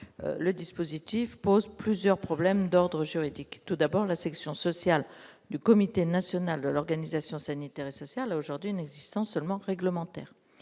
le dispositif pose plusieurs problèmes d'ordre juridique. Tout d'abord, la section sociale du comité national de l'organisation sanitaire et sociale a, aujourd'hui, une existence seulement réglementaire,